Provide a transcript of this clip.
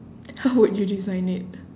how would you design it